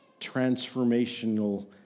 transformational